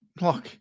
Look